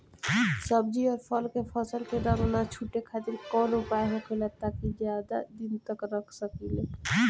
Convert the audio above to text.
सब्जी और फल के फसल के रंग न छुटे खातिर काउन उपाय होखेला ताकि ज्यादा दिन तक रख सकिले?